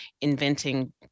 inventing